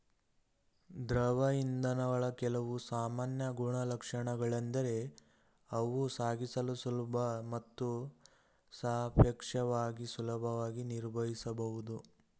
ದ್ರವ ಇಂಧನಗಳ ಕೆಲವು ಸಾಮಾನ್ಯ ಗುಣಲಕ್ಷಣಗಳೆಂದರೆ ಅವು ಸಾಗಿಸಲು ಸುಲಭ ಮತ್ತು ಸಾಪೇಕ್ಷವಾಗಿ ಸುಲಭವಾಗಿ ನಿರ್ವಹಿಸಬಹುದು